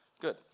good